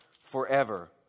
forever